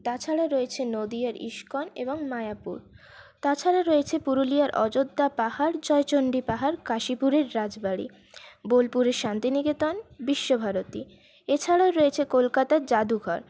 তাছাড়া রয়েছে নদীয়ার ইস্কন এবং মায়াপুর তাছাড়া রয়েছে পুরুলিয়ার অযোধ্যা পাহাড় জয়চন্ডী পাহাড় কাশীপুরের রাজবাড়ি বোলপুরের শান্তিনিকেতন বিশ্বভারতী এছাড়াও রয়েছে কলকাতার জাদুঘর